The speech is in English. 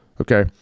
Okay